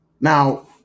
now